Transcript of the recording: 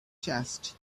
chest